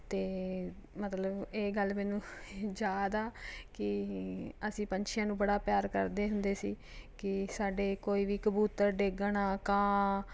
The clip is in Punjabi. ਅਤੇ ਮਤਲਬ ਇਹ ਗੱਲ ਮੈਨੂੰ ਯਾਦ ਆ ਕਿ ਅਸੀਂ ਪੰਛੀਆਂ ਨੂੰ ਬੜਾ ਪਿਆਰ ਕਰਦੇ ਹੁੰਦੇ ਸੀ ਕਿ ਸਾਡੇ ਕੋਈ ਵੀ ਕਬੂਤਰ ਡਿੱਗਣਾ ਕਾਂ